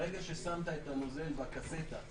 ברגע ששמת את הנוזל בקסטה,